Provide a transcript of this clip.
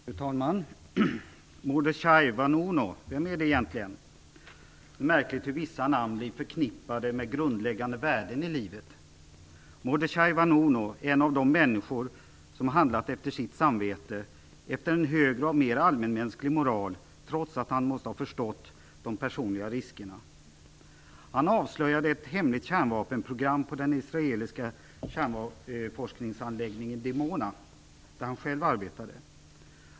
Fru talman! Mordechai Vanunu, vem är det egentligen? Det är märkligt hur vissa namn blir förknippade med grundläggande värden i livet. Mordechai Vanunu är en av de människor som har handlat efter sitt samvete och efter en högre och mer allmänmänsklig moral trots att han måste ha förstått de personliga riskerna. Han avslöjade ett hemligt kärnvapenprogram på den israeliska kärnforskningsanläggningen Dimona, där han själv arbetade.